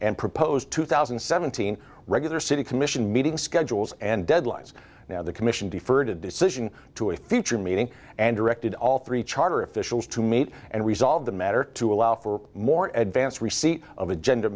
and proposed two thousand and seventeen regular city commission meeting schedules and deadlines now the commission deferred a decision to a future meeting and directed all three charter officials to meet and resolve the matter to allow for more ed vance receipt of agenda